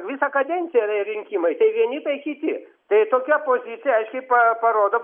visą kadenciją rinkimai tai vieni tai kiti tai tokia pozicija aiškiai pa parodo